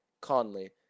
Conley